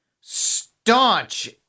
staunch